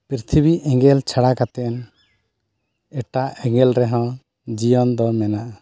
ᱯᱨᱤᱛᱷᱤᱵᱤ ᱮᱸᱜᱮᱞ ᱪᱷᱟᱲᱟ ᱠᱟᱛᱮᱫ ᱮᱴᱟᱜ ᱮᱸᱜᱮᱞ ᱨᱮᱦᱚᱸ ᱡᱤᱭᱚᱱᱫᱚ ᱢᱮᱱᱟᱜᱼᱟ